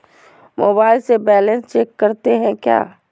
Mobile से balance check करते हैं क्या?